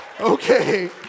okay